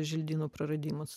želdynų praradimas